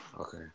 Okay